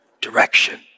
direction